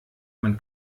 man